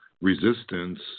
resistance